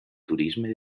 turisme